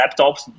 laptops